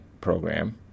program